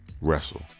wrestle